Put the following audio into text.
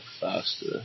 faster